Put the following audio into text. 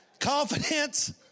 Confidence